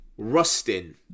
Rustin